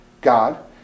God